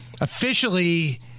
officially-